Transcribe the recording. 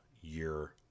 year